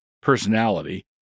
personality